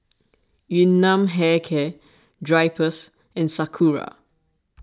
Yun Nam Hair Care Drypers and Sakura